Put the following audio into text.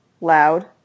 loud